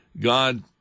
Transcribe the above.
God